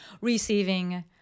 receiving